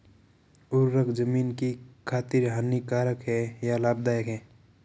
उर्वरक ज़मीन की खातिर हानिकारक है या लाभदायक है?